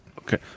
okay